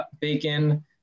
Bacon